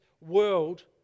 world